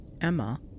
Emma